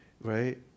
right